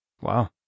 Wow